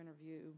interview